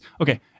okay